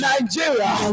Nigeria